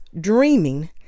dreaming